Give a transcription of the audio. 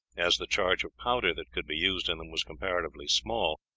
as the charge of powder that could be used in them was comparatively small,